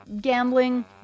gambling